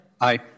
Aye